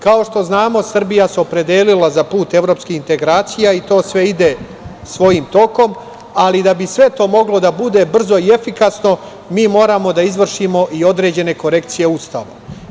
Kao što znamo, Srbija se opredelila za put evropskih integracija i to sve ide svojim tokom, ali da bi sve to moglo da bude brzo i efikasno, mi moramo da izvršimo i određene korekcije Ustava.